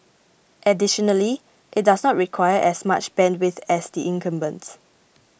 additionally it does not require as much bandwidth as the incumbents